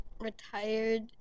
retired